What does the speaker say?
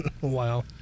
Wow